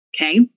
okay